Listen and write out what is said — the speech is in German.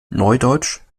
neudeutsch